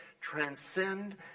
transcend